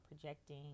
projecting